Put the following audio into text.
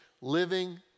Living